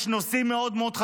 יש נושאים חשובים מאוד מאוד,